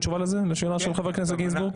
חבר הכנסת גינזבורג?